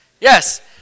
Yes